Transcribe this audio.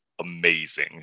amazing